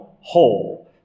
whole